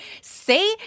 say